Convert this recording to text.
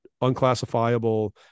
unclassifiable